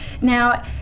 Now